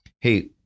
hey